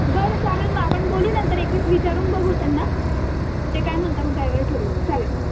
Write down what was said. बरं चालेल मग आपण बोलू नंतर एकवीस विचारून बघू त्यांना ते काय म्हणता मग त्यावर ठरवू चालेल मग